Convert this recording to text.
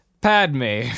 Padme